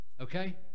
Okay